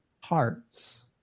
hearts